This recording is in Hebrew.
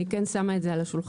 אני כן שמה את זה על השולחן,